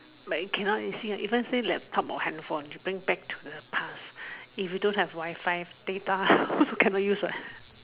but you cannot you see eh even say laptop and handphone you bring back to the past if you don't have Wi-Fi data you can not use what